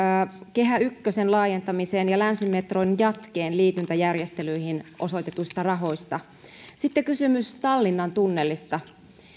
kehä ykkösen laajentamiseen ja länsimetron jatkeen liityntäjärjestelyihin osoitetuista rahoista sitten kysymys tallinnan tunnelista